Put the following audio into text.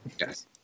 Yes